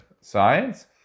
science